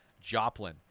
Joplin